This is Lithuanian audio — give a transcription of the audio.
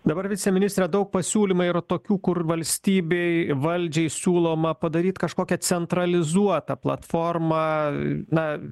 dabar viceministre daug pasiūlymų yra tokių kur valstybei valdžiai siūloma padaryt kažkokią centralizuotą platformą na